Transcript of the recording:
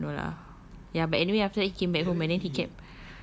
oh ya I don't know lah but anyway after that he came back home and then he kept